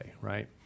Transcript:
right